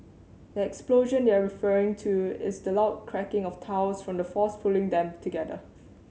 the explosion they're referring to is the loud cracking of tiles from the force pulling them together